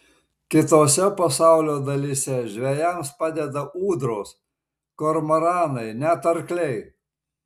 kitose pasaulio dalyse žvejams padeda ūdros kormoranai net arkliai